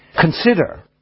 Consider